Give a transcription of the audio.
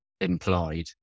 implied